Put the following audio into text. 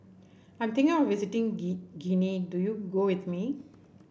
I'm thinking of visiting Guinea do you go with me